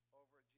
over